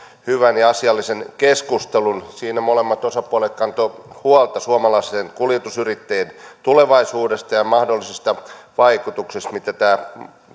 hyvän ja asiallisen keskustelun siinä molemmat osapuolet kantoivat huolta suomalaisten kuljetusyrittäjien tulevaisuudesta ja niistä mahdollisista vaikutuksista mitä tämä